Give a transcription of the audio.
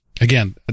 again